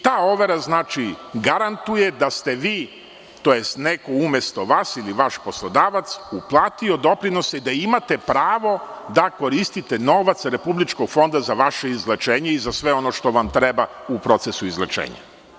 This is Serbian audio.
Ta overa garantuje da ste vi tj. neko umesto vas ili vaš poslodavac uplatio doprinose i da imate pravo da koristite novac Republičkog fonda za vaše izlečenje i sve ono što vam treba u procesu izlečenja.